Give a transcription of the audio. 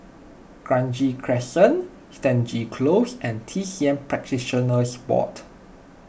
Kranji Crescent Stangee Close and T C M Practitioners Board